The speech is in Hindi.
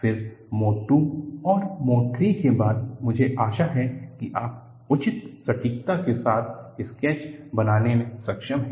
फिर मोड II और मोड III के बाद मुझे आशा है कि आप उचित सटीकता के साथ स्केच बनाने में सक्षम हैं